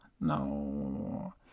No